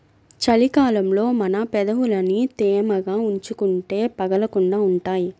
చలి కాలంలో మన పెదవులని తేమగా ఉంచుకుంటే పగలకుండా ఉంటాయ్